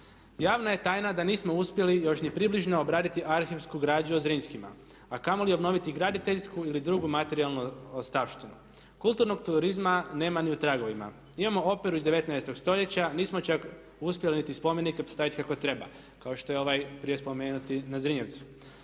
Javna je tajna da nismo uspjeli još ni približno obraditi arhivsku građu o Zrinskima a kamoli obnoviti graditeljsku ili drugu materijalnu ostavštinu. Kulturnog turizma nema ni u tragovima. Imamo operu iz 19. stoljeća, nismo čak uspjeli niti spomenike postaviti kako treba, kao što je ovaj prije spomenuti na Zrinjevcu.